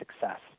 success